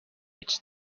its